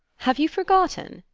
have you forgotten,